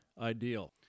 ideal